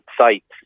sites